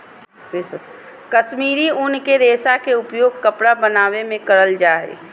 कश्मीरी उन के रेशा के उपयोग कपड़ा बनावे मे करल जा हय